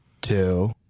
two